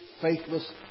faithless